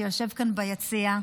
שיושב כאן ביציע,